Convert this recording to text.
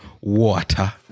water